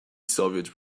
soviet